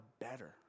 better